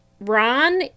Ron